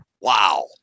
wow